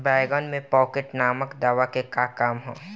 बैंगन में पॉकेट नामक दवा के का काम ह?